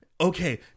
okay